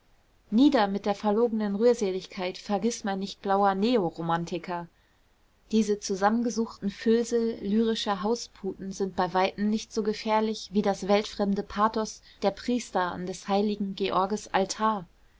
nieder mit der verlogenen rührseligkeit vergißmeinnichtblauer neoromantiker diese zusammengesuchten füllsel lyrischer hausputen sind bei weitem nicht so gefährlich wie das weltfremde pathos der priester an des heiligen georges altar